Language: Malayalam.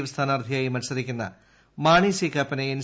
എഫ് സ്ഥാനാർത്ഥിയായി മൽസരിക്കുന്ന മാണി സി കാപ്പനെ എൻ